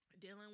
dealing